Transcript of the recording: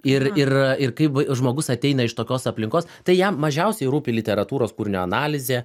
ir ir ir kaip žmogus ateina iš tokios aplinkos tai jam mažiausiai rūpi literatūros kūrinio analizė